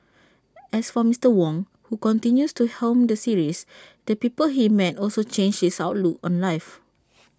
as for Mister Wong who continues to helm the series the people he met also changed his outlook on life